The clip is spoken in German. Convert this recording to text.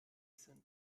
sind